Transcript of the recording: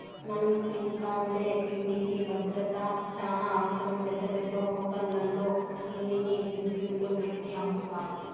మనం తింటాండే తిండికి భద్రత చానా అవసరం, పెద్ద పెద్ద హోటళ్ళల్లో తిండిని ఫ్రిజ్జుల్లో పెట్టి అమ్ముతారు